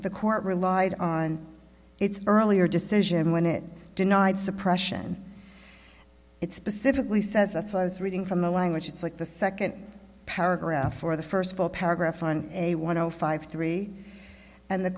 the court relied on its earlier decision when it denied suppression it specifically says that's was reading from the language it's like the second paragraph or the first full paragraph on a one zero five three and the